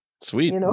Sweet